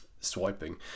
swiping